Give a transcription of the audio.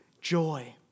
Joy